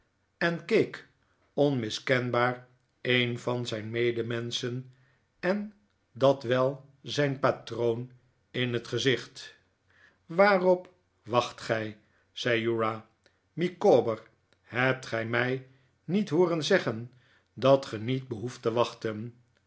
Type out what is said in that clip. en keek onmiskenbaar een van zijn medemenschen en dat wel zijn patroon in het gezicht waarop wacht gij zei uriah micawber hebt ge mij niet hooren zeggen dat ge niet behoeft te wachten